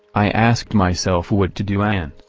i asked myself what to do and,